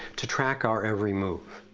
to track our every move.